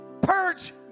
Purge